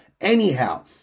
Anyhow